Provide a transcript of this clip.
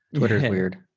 twitter is weird.